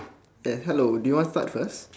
hello do you want to start first